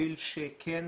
כדי שכן